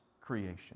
creation